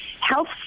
health